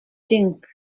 think